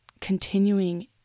continuing